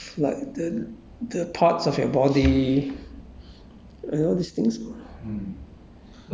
uh vipassana which is you have to think of like the the thoughts of your body